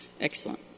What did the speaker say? excellent